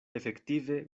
efektive